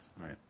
Right